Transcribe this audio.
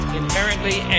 inherently